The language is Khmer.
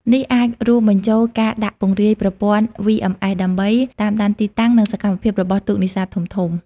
នេះអាចរួមបញ្ចូលការដាក់ពង្រាយប្រព័ន្ធ VMS ដើម្បីតាមដានទីតាំង និងសកម្មភាពរបស់ទូកនេសាទធំៗ។